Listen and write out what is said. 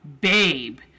babe